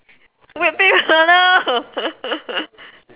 whip people no